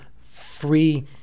free